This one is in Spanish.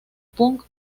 punk